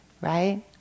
right